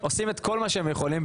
עושים את כל מה שהם יכולים,